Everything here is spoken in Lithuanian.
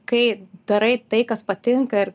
kai darai tai kas patinka ir